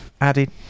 added